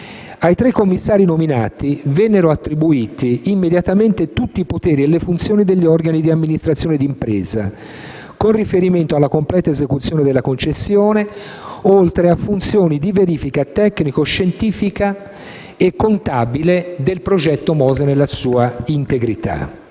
Ai tre commissari nominati vennero attribuiti immediatamente tutti i poteri e le funzioni degli organi di amministrazione d'impresa con riferimento alla completa esecuzione della concessione, oltre a funzioni di verifica tecnico-scientifica e contabile del progetto MOSE nella sua integrità;